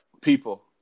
People